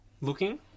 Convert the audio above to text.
looking